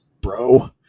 bro